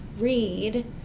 read